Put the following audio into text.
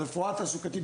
הרפואה התעסוקתית,